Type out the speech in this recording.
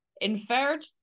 inferred